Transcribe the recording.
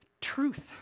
truth